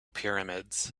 pyramids